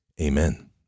amen